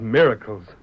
miracles